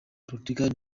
portugal